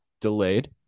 delayed